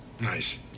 Nice